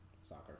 Soccer